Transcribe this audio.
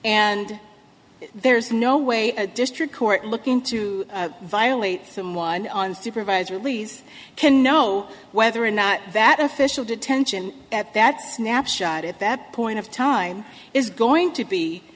and there's no way a district court looking to violate someone on supervised release can know whether or not that official detention at that snapshot at that point of time is going to be